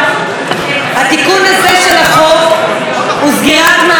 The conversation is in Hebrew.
התיקון הזה של החוק הוא סגירת מעגל נוספת